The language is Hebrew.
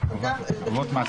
חובות מעסיק.